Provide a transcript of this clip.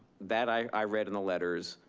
that i read in the letters.